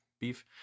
beef